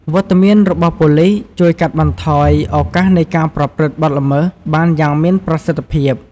វត្តមានរបស់ប៉ូលិស ជួយ កាត់បន្ថយឱកាសនៃការប្រព្រឹត្តបទល្មើស បានយ៉ាងមានប្រសិទ្ធភាព។